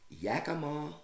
Yakima